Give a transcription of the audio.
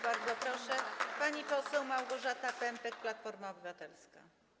Bardzo proszę, pani poseł Małgorzata Pępek, Platforma Obywatelska.